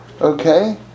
Okay